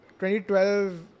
2012